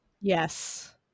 Yes